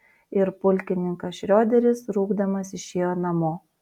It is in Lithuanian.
ir pulkininkas šrioderis rūgdamas išėjo namo